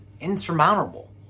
insurmountable